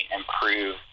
improve